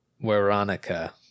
Veronica